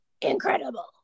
incredible